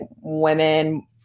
women